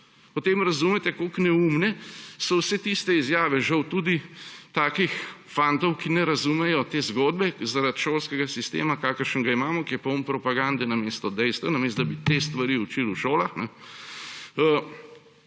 Potem razumete, kako neumne so vse tiste izjave, žal tudi takih fantov, ki ne razumejo te zgodbe zaradi šolskega sistema, kakršnega imamo, ki je poln propagande namesto dejstev, namesto da bi te stvari učili v šolah,